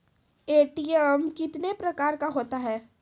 ATM कितने प्रकार का होता हैं?